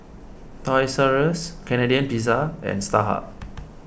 Toys R Us Canadian Pizza and Starhub